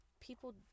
people